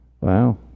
wow